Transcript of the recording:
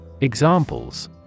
Examples